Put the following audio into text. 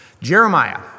Jeremiah